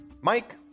Mike